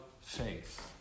faith